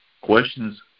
questions